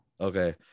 Okay